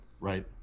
Right